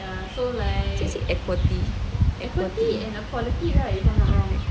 equity